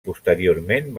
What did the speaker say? posteriorment